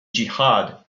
jihad